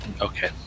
Okay